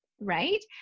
right